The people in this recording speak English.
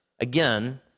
again